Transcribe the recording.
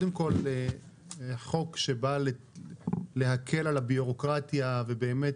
אז קודם כל החוק שבא להקל על הבירוקרטיה ובאמת